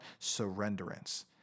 surrenderance